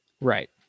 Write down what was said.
Right